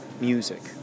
music